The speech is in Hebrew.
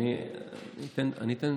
אני רוצה